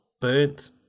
burnt